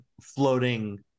floating